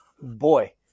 Boy